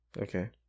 okay